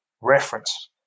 reference